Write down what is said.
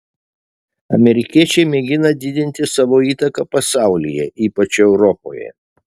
amerikiečiai mėgina didinti savo įtaką pasaulyje ypač europoje